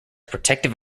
protective